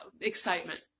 excitement